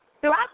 Throughout